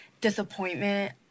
disappointment